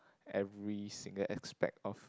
every single aspect of